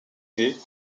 nés